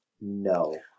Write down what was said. No